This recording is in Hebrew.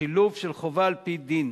השילוב של חובה על-פי דין